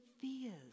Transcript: fears